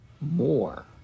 more